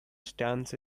stands